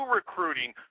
recruiting